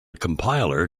compiler